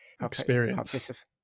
experience